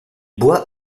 boit